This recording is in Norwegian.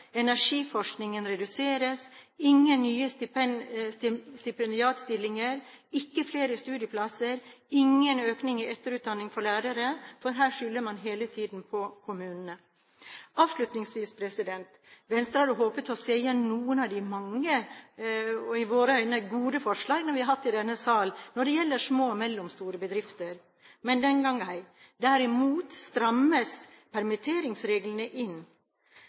energiforskningen reduseres, ingen nye stipendiatstillinger, ikke flere studieplasser, ingen økning i etterutdanning av lærere, for her skylder man hele tiden på kommunene. Avslutningsvis: Venstre hadde håpet å se igjen noen av de mange – og i våre øyne gode – forslag vi har hatt i denne sal når det gjelder små og mellomstore bedrifter, men den gang ei. Derimot strammes permitteringsreglene inn.